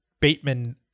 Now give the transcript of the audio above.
Bateman